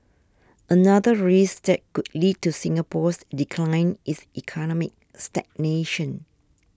another risk that could lead to Singapore's decline is economic stagnation